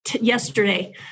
Yesterday